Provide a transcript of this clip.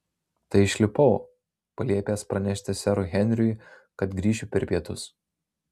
tai išlipau paliepęs pranešti serui henriui kad grįšiu per pietus